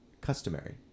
customary